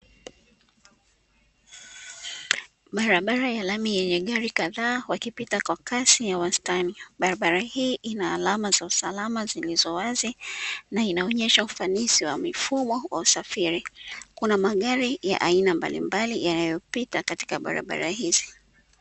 Barabara ya lami yenye gari kadhaa wakipita kwa kasi ya wastani, barabara hii ina alama za usalama zilizowazi na inaonesha ufanisi wa mifumo wa usafiri. kuna magari ya aina mbalimbali yanayopita katika barabara hizi.